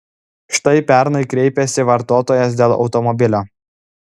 štai pernai kreipėsi vartotojas dėl automobilio